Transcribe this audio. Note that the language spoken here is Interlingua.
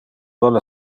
vole